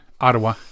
Ottawa